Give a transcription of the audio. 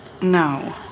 No